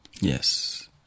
Yes